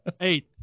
Eight